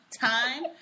time